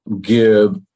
give